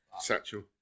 satchel